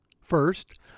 First